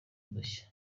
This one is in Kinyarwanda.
udushya